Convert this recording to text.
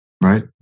Right